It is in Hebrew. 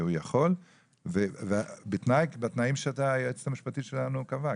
והוא יכול, בתנאים שהיועצת המשפטית שלנו קבעה.